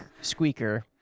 squeaker